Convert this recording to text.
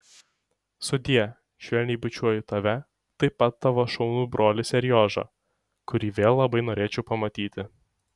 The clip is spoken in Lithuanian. sudie švelniai bučiuoju tave taip pat tavo šaunų brolį seriožą kurį vėl labai norėčiau pamatyti